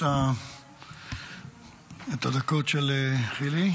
אני מבקש למסגר את הדברים בראשיתם בטמפרמנט,